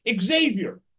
Xavier